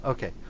Okay